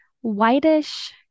whitish